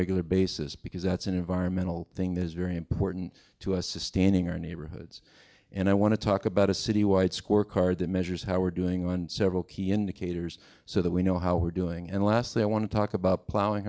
regular basis because that's an environmental thing that is very important to us sustaining our neighborhoods and i want to talk about a city wide scorecard that measures how we're doing on several key indicators so that we know how we're doing and lastly i want to talk about plowing